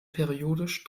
periodisch